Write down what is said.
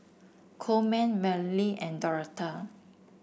Coleman Marlie and Dorotha